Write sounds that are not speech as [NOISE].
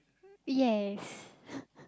yes [LAUGHS]